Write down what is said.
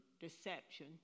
deception